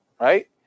Right